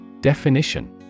Definition